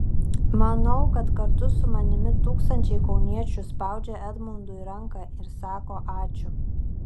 manau kad kartu su manimi tūkstančiai kauniečių spaudžia edmundui ranką ir sako ačiū